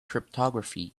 cryptography